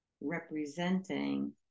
representing